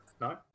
No